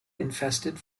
infested